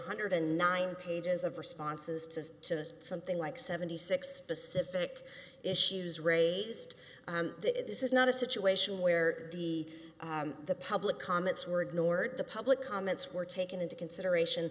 hundred and nine pages of responses to something like seventy six specific issues raised this is not a situation where the the public comments were ignored the public comments were taken into consideration